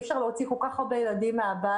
אי אפשר להוציא כל כך הרבה ילדים מהבית.